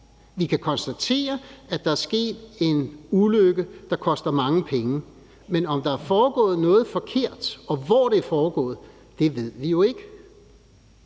Vi kan konstatere, at der er sket en ulykke, der koster mange penge, men om der er foregået noget forkert, og hvor det er foregået, ved vi jo ikke.